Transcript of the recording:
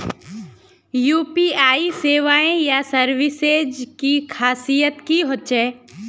UPI सेवाएँ या services की खासियत की होचे?